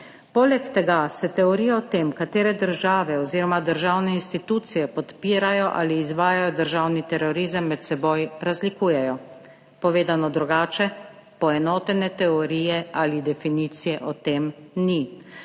Poleg tega se teorije o tem, katere države oziroma državne institucije podpirajo ali izvajajo državni terorizem, med seboj razlikujejo. Povedano drugače, poenotene teorije ali definicije o tem ni.